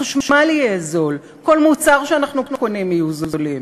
החשמל יהיה זול, כל מוצר שאנחנו קונים יהיה זול.